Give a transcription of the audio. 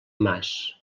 mas